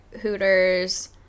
Hooters